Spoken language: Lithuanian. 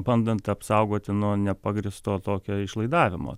bandant apsaugoti nuo nepagrįsto tokio išlaidavimo